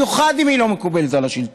במיוחד אם היא לא מקובלת על השלטון,